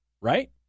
right